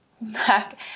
back